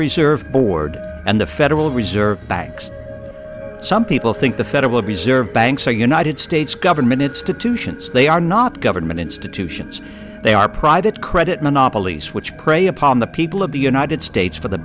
reserve board and the federal reserve banks some people think the federal reserve banks the united states government its to two ships they are not government institutions they are private credit monopolies which prey upon the people of the united states for the